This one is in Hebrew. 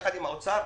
יחד עם נציגת האוצר,